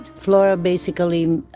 flora basically